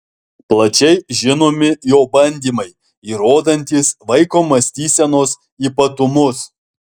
plačiai žinomi jo bandymai įrodantys vaiko mąstysenos ypatumus